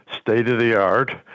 state-of-the-art